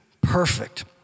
perfect